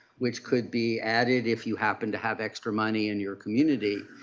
which could be added if you happen to have extra money in your community.